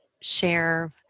share